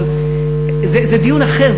אבל זה דיון אחר,